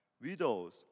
Widows